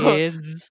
Kids